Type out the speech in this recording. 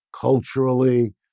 culturally